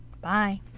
Bye